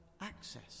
access